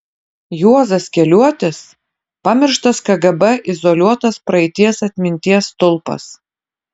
juozas keliuotis pamirštas kgb izoliuotas praeities atminties stulpas